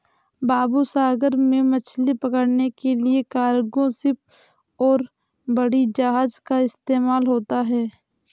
बाबू सागर में मछली पकड़ने के लिए कार्गो शिप और बड़ी जहाज़ का इस्तेमाल होता है